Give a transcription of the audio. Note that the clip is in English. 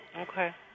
Okay